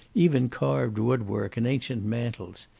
even carved woodwork and ancient mantels,